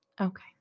Okay